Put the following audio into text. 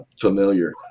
familiar